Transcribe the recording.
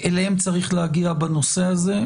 שאליהם צריך להגיע בנושא הזה,